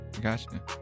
Gotcha